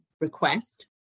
request